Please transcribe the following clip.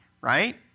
right